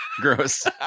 gross